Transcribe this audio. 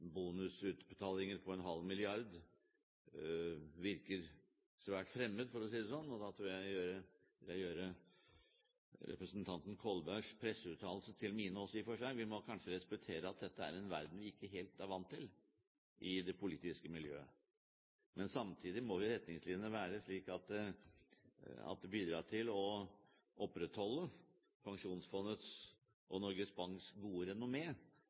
bonusutbetalinger på en halv milliard kroner virker svært fremmed, for å si det sånn, og da vil jeg i og for seg gjøre representanten Kolbergs presseuttalelse til min også. Vi må kanskje respektere at dette er en verden vi ikke helt er vant til i det politiske miljøet, men samtidig må retningslinjene være slik at de bidrar til å opprettholde Pensjonsfondets og Norges Banks gode